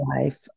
life